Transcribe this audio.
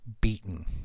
beaten